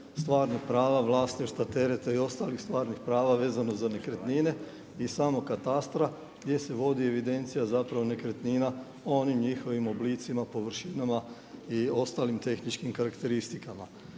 stvarnog prava, vlasništva, tereta i ostalih stvarnih prava vezanih za nekretnine i samog katastra, gdje se vodi evidencija zapravo nekretnina u onim njihovim oblicima, površinama i ostalim tehničkim karakteristikama.